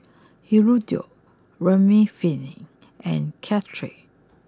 Hirudoid Remifemin and Caltrate